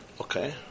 Okay